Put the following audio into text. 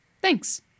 Thanks